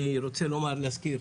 אני רוצה לומר, להזכיר,